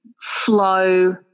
flow